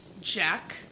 Jack